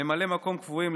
ממלאי מקום קבועים,